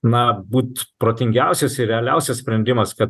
na būt protingiausias ir realiausias sprendimas kad